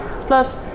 plus